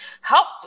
help